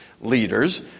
leaders